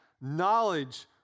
knowledge